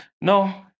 No